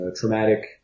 traumatic